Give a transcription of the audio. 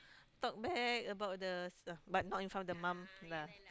talk bad about the stuff but not in front of the mum lah